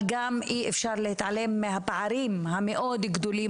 אבל אי אפשר גם להתעלם מהפערים המאוד גדולים,